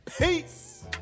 Peace